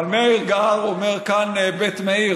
אבל מאיר אומר: כאן בית מאיר,